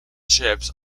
ships